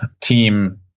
team